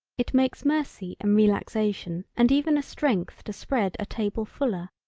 it makes mercy and relaxation and even a strength to spread a table fuller.